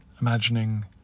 imagining